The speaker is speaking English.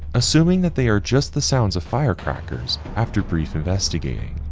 assuming that they are just the sounds of firecrackers after brief investigating,